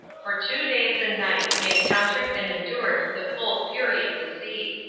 for two days and nights we encountered and endured the full fury of the sea.